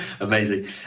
Amazing